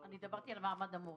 אני דיברתי על מעמד המורים.